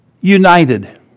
united